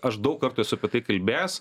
aš daug kartų esu apie tai kalbėjęs